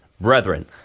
Brethren